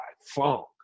funk